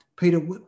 Peter